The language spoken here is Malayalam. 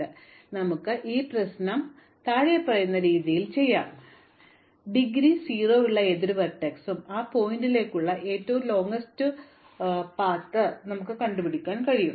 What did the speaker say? അതിനാൽ നമുക്ക് ഈ പ്രശ്നം ഇനിപ്പറയുന്ന രീതിയിൽ സജ്ജമാക്കാൻ കഴിയും അതിനാൽ ഡിഗ്രി 0 ഉള്ള ഏതൊരു വെർട്ടെക്സിനും ആ ശീർഷകത്തിലേക്കുള്ള ഏറ്റവും ദൈർഘ്യമേറിയ പാത നീളം 0 ആണെന്ന് നമുക്ക് പറയാൻ കഴിയും കാരണം എനിക്ക് ഉടനടി അത് ചെയ്യാൻ കഴിയും